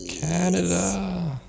Canada